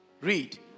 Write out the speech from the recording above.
read